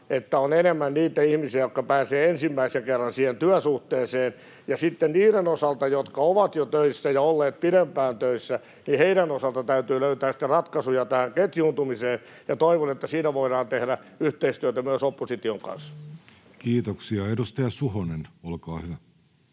että on enemmän niitä ihmisiä, jotka pääsevät ensimmäisen kerran siihen työsuhteeseen, ja sitten niiden osalta, jotka ovat jo töissä ja olleet pidempään töissä, täytyy löytää ratkaisuja tähän ketjuuntumiseen, ja toivon, että siinä voidaan tehdä yhteistyötä myös opposition kanssa. [Speech 34] Speaker: